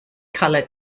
colour